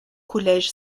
collège